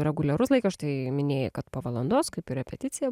reguliarus laikas štai minėjai kad po valandos kaip ir repeticija